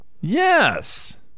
Yes